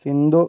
Sindhu